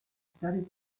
studied